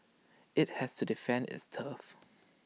IT has to defend its turf